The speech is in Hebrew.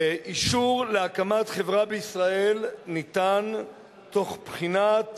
אישור להקמת חברה בישראל ניתן תוך בחינת